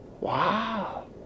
Wow